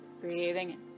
Breathing